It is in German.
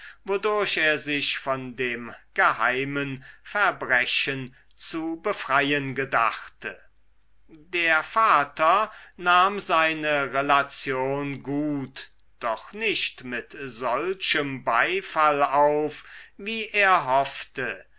wodurch er sich von dem geheimen verbrechen zu befreien gedachte der vater nahm seine relation gut doch nicht mit solchem beifall auf wie er hoffte